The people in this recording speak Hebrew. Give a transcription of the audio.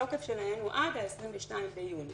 שהתוקף שלהן הוא עד ה-22 ביוני.